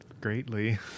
greatly